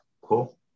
cool